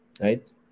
right